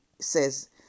says